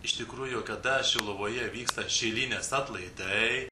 iš tikrųjų kada šiluvoje vyksta šilinės atlaidai